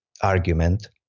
argument